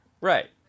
Right